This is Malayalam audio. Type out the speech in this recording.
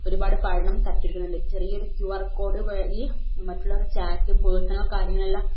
ഒരുപാട് പണം തട്ടിക്കുന്നുണ്ട് ചെറിയൊരു ക്യു ആർ കോഡ് വഴി മറ്റുള്ളവരുടെ ചാറ്റും പേഴ്സണൽ കാര്യങ്ങളെല്ലാം